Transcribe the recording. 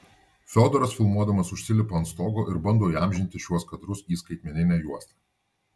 fiodoras filmuodamas užsilipa ant stogo ir bando įamžinti šiuos kadrus į skaitmeninę juostą